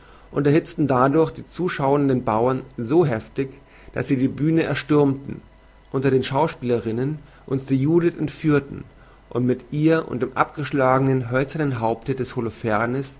und erhizten dadurch die zuschauenden bauern so heftig daß sie die bühne erstürmten unter den schauspielerinnen uns die judith entführten und mit ihr und dem abgeschlagenen hölzernen haupte des